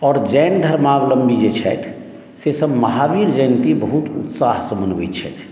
आओर जैन धर्मावलम्बी जे छथि सेसभ महावीर जयन्ती बहुत उत्साहसँ मनबैत छथि